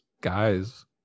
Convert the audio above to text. guys